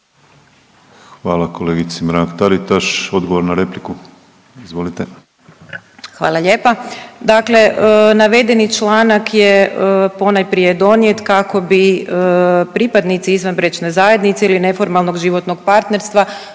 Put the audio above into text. Hvala kolegici Mrak Taritaš. Odgovor na repliku, izvolite. **Rogić Lugarić, Tereza** Hvala lijepa. Dakle navedeni članak je ponajprije donijet kako bi pripadnici izvanbračne zajednice ili neformalnog životnog partnerstva